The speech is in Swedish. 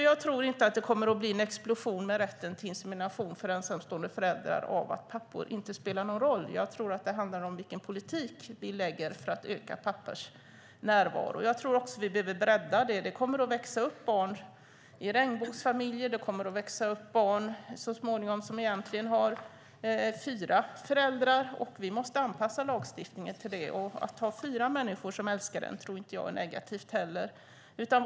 Jag tror inte att rätten till insemination för ensamstående föräldrar kommer att innebära en explosion där pappor inte spelar någon roll. Jag tror att det handlar om vilken politik vi har för att öka pappors närvaro. Jag tror också att vi behöver bredda politiken. Barn kommer att växa upp i regnbågsfamiljer med fyra föräldrar. Vi måste anpassa lagstiftningen till det. Att det finns fyra människor som älskar barnet är inte negativt.